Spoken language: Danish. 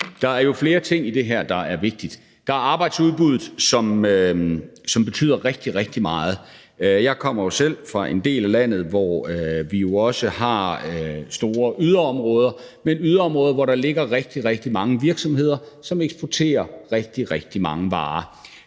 Der er jo flere ting i det her, der er vigtige. Der er arbejdsudbuddet, som betyder rigtig, rigtig meget. Jeg kommer jo selv fra en del af landet, hvor vi også har store yderområder, men yderområder, hvor der ligger rigtig, rigtig mange virksomheder, som eksporterer rigtig, rigtig mange varer.